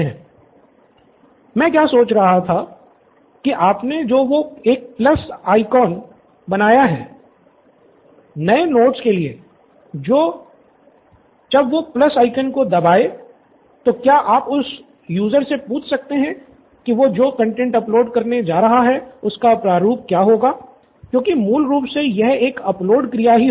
student Nithin मैं क्या सोच रहा था कि आपने जो वो एक प्लस आइकॉन क्या होगा क्योंकि मूल रूप से यह एक अपलोड क्रिया ही होगी